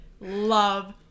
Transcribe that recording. Love